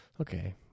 Okay